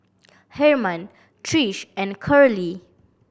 Hermann Trish and Curley